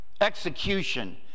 execution